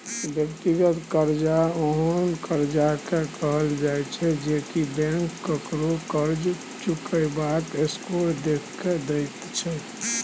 व्यक्तिगत कर्जा ओहेन कर्जा के कहल जाइत छै जे की बैंक ककरो कर्ज चुकेबाक स्कोर देख के दैत छै